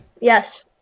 Yes